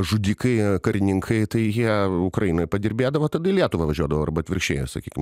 žudikai karininkai tai jie ukrainoj padirbėdavo tada į lietuvą važiuodavo arba atvirkščiai sakykim